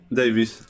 davis